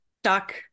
stuck